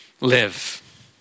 live